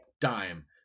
Dime